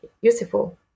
Useful